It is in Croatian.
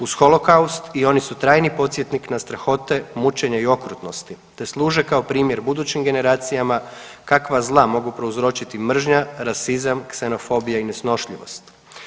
Uz holokaust i oni su trajni podsjetnik na strahote, mučenje i okrutnosti te služe kao primjer budućim generacijama kakva zla mogu prouzročiti mržnja, rasizam, ksenofobija i nesnošljivost.